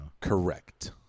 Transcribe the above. Correct